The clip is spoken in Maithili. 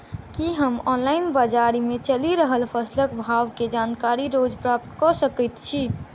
की हम ऑनलाइन, बजार मे चलि रहल फसलक भाव केँ जानकारी रोज प्राप्त कऽ सकैत छी?